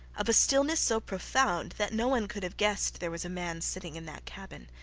of a stillness so profound that no one could have guessed there was a man sitting in that cabin.